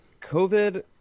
COVID